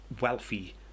wealthy